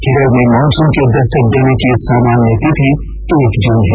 केरल में मॉनसुन के दस्तक देने की सामान्य तिथि एक जून है